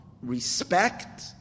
respect